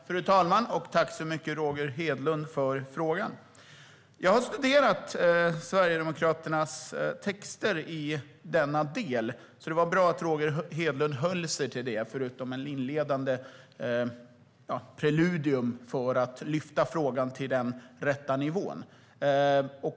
Fru talman! Tack för frågan, Roger Hedlund! Jag har studerat Sverigedemokraternas texter i denna del, så det var bra att Roger Hedlund höll sig till dem, förutom ett inledande preludium, och lyfte frågan till den rätta nivån.